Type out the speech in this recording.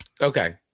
Okay